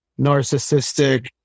narcissistic